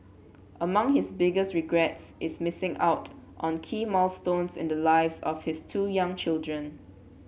among his biggest regrets is missing out on key milestones in the lives of his two young children